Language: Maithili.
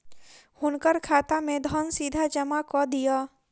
हुनकर खाता में धन सीधा जमा कअ दिअ